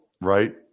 right